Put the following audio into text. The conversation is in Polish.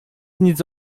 nic